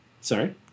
Sorry